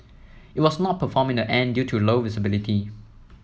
it was not performed in the end due to low visibility